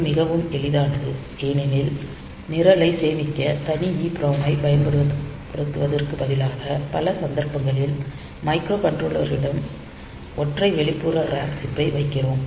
இது மிகவும் எளிதானது ஏனெனில் நிரலைச் சேமிக்க தனி EPROM ஐப் பயன்படுத்துவதற்குப் பதிலாக பல சந்தர்ப்பங்களில் மைக்ரோ கன்ட்ரோலருடன் ஒற்றை வெளிப்புற RAM சிப்பை வைக்கிறோம்